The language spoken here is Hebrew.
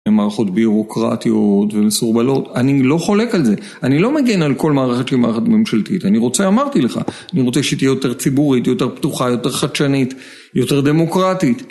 מערכות ביורוקרטיות ומסורבלות, אני לא חולק על זה, אני לא מגן על כל מערכת שהיא מערכת ממשלתית, אני רוצה, אמרתי לך, אני רוצה שהיא תהיה יותר ציבורית, יותר פתוחה, יותר חדשנית, יותר דמוקרטית.